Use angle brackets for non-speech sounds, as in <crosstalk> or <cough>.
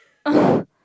<breath>